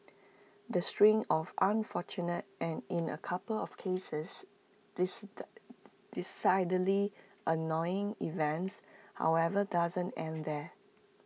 the string of unfortunate and in A couple of cases decidedly annoying events however doesn't end there